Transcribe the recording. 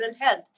health